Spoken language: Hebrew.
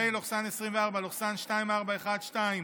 פ/2412/24,